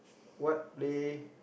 what play